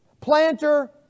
Planter